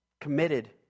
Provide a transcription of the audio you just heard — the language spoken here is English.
committed